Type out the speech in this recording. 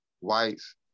whites